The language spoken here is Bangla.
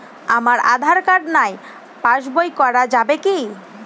আমার আঁধার কার্ড নাই পাস বই করা যাবে কি?